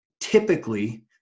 typically